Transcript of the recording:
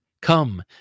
Come